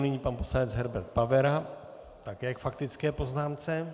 Nyní pan poslanec Herbert Pavera také k faktické poznámce.